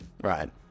Right